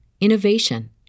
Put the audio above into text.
innovation